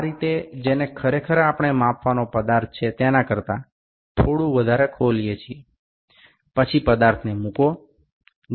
যে বৈশিষ্ট্যটি পরিমাপ করব তার চেয়ে আমরা এটিকে আরও একটু বেশি খুলি তারপরে স্থির বাহুর কাছে বৈশিষ্ট্য পরিমাপের বস্তুটি রাখি